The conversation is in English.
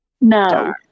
No